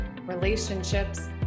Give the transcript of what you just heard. relationships